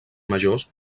majors